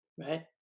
right